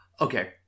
okay-